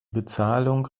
bezahlung